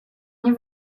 nie